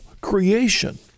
creation